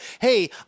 hey